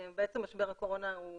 משבר הקורונה הוא